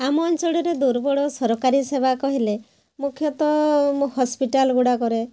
ଆମ ଅଞ୍ଚଳରେ ଦୁର୍ବଳ ସରକାରୀ ସେବା କହିଲେ ମୁଖ୍ୟତଃ ମୋ ହସ୍ପିଟାଲ୍ ଗୁଡ଼ାକରେ